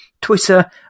Twitter